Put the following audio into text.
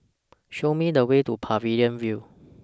Show Me The Way to Pavilion View